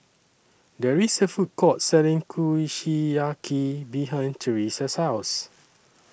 There IS A Food Court Selling Kushiyaki behind Teresa's House